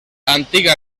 antiga